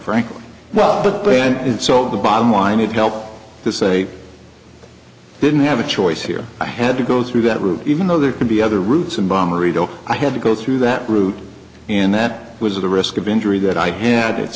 frankly well but but and so the bottom line it helps to say didn't have a choice here i had to go through that route even though there could be other routes and bomber i had to go through that route and that was the risk of injury that i had it